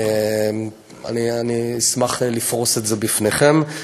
אני אשמח לפרוס את זה בפניכם.